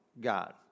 God